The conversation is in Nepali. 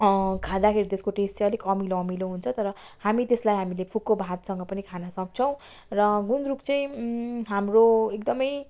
खाँदाखेरि त्यसको टेस्ट चाहिँ अलिक अमिलो अमिलो हुन्छ तर हामी त्यसलाई हामीले फुको भातसँग पनि खानसक्छौँ र गुन्द्रुक चाहिँ हाम्रो एकदमै